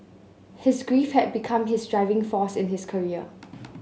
his grief had become his driving force in his career